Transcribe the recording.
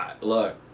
Look